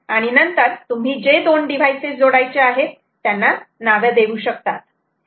आणि नंतर तुम्ही जे २ डिव्हाइसेस जोडायचे आहेत त्यांना नाव देऊ शकतात